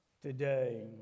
today